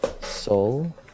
soul